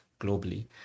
globally